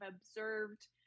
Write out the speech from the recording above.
observed